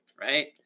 right